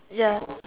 ya